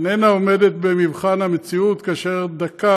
איננה עומדת במבחן המציאות כאשר דקה